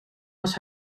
was